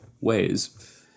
ways